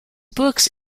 books